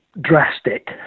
drastic